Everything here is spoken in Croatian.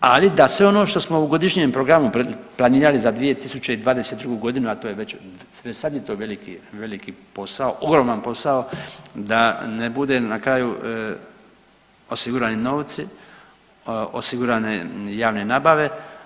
Ali da sve ono što smo u godišnjem programu planirali za 2022. godinu, a to je već, sad je to veliki posao, ogroman posao da ne bude na kraju osigurani novci, osigurane javne nabave.